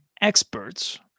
experts